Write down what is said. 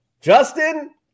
Justin